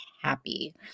happy